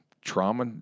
trauma